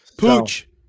Pooch